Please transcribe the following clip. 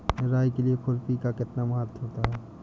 निराई के लिए खुरपी का कितना महत्व होता है?